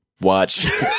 watch